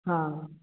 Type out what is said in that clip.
हाँ